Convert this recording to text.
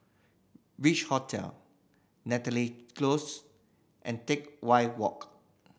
Beach Hotel Namly Close and Teck Whye Walk